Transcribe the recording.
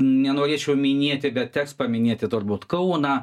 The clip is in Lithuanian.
nenorėčiau minėti bet teks paminėti turbūt kauną